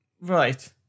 Right